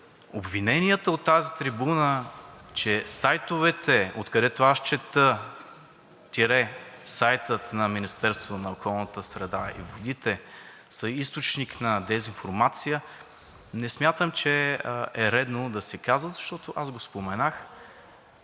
Обвиненията от тази трибуна, че сайтовете, откъдето аз чета – сайтът на Министерството на околната среда и водите, са източник на дезинформация, не смятам, че е редно да се казва, защото аз го споменах.